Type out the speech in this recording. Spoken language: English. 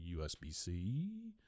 USB-C